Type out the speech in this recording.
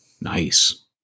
Nice